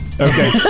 Okay